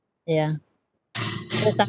yeah so sometimes